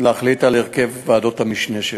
להחליט על הרכב ועדות המשנה שלו.